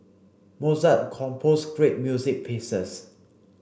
Mozart composed great music pieces